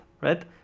right